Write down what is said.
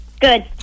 good